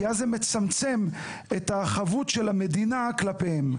כי אז זה מצמצם את החבות של המדינה כלפיהם.